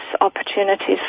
opportunities